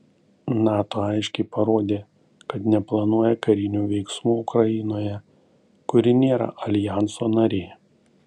nato aiškiai parodė kad neplanuoja karinių veiksmų ukrainoje kuri nėra aljanso narė